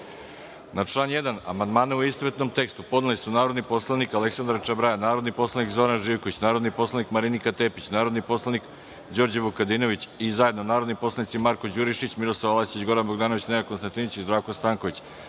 član 1. amandmane u istovetnom tekstu podneli su narodni poslanik Aleksandra Čabraja, narodni poslanik Zoran Živković, narodni poslanik Marina Tepić, narodni poslanik Đorđe Vukadinović i zajedno narodni poslanici Marko Đurišić, Miroslav Arsić, Goran Bogdanović, Nenad Konstantinović i Zdravko Stanković,